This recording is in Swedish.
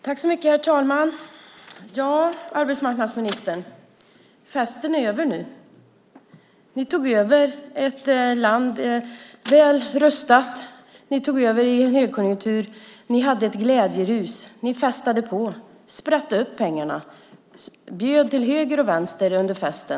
Herr talman! Festen är över nu, arbetsmarknadsministern. Ni tog över ett land väl rustat i en högkonjunktur. Ni hade ett glädjerus och festade på. Ni sprätte ut pengarna och bjöd till höger och vänster under festen.